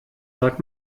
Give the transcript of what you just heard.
sag